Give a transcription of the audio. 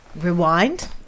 rewind